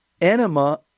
enema